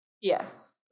Yes